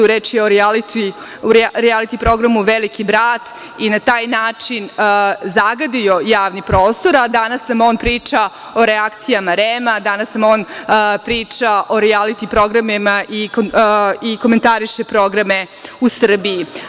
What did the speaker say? Reč je o rijaliti programu „Veliki brat“ i na taj način zagadio javni prostor, a danas nam on priča o reakcijama REM, danas nam on priča o rijaliti programima i komentariše programe u Srbiji.